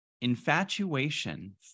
Infatuation